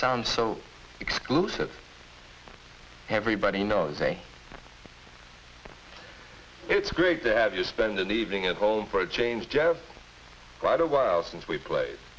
sound so exclusive everybody knows it's great to have you spend an evening at home for a change jav quite a while since we pla